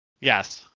Yes